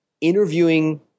Interviewing